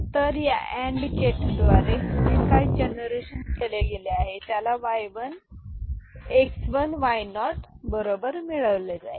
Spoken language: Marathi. तर या अँड गेट द्वारे जे काही जनरेशन केले गेले आहे त्याला x1 y 0 बरोबर मिळविले जाईल